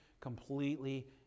completely